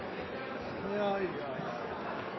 ja